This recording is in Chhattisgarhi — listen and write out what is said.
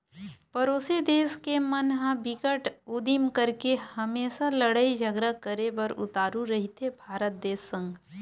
परोसी देस के मन ह बिकट उदिम करके हमेसा लड़ई झगरा करे बर उतारू रहिथे भारत देस संग